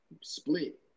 split